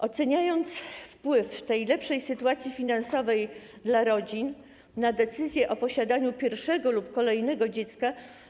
Oceniliśmy wpływ tej lepszej sytuacji finansowej rodzin na decyzję o posiadaniu o pierwszego lub kolejnego dziecka.